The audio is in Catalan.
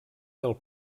del